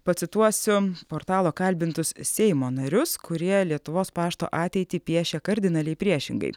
pacituosiu portalo kalbintus seimo narius kurie lietuvos pašto ateitį piešia kardinaliai priešingai